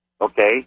okay